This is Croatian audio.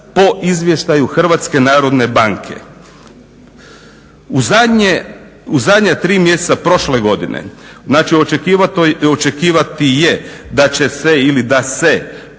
po izvještaju HNB. U zadnja tri mjeseca prošle godine znači očekivati je da će se ili da se po